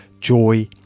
joy